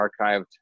archived